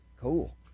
Cool